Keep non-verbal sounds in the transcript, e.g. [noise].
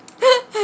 [laughs]